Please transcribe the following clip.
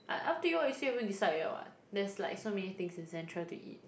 up up to you you still haven't decide yet what there's like so many things in central to eat